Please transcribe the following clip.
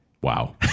Wow